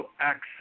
access